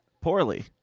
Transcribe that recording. poorly